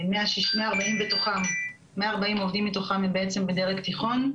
140 עובדים מתוכם הם בעצם בדרג תיכון.